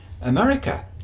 America